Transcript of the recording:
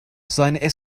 seine